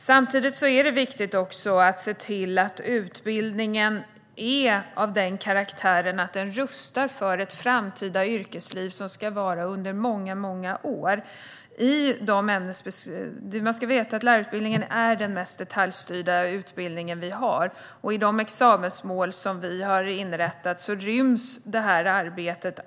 Samtidigt är det viktigt att se till att utbildningen är av den karaktären att den rustar för ett framtida yrkesliv som ska vara under många, många år. Man ska veta att lärarutbildningen är den mest detaljstyrda utbildning vi har och att detta arbete absolut ryms inom de examensmål vi har inrättat.